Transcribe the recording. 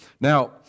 Now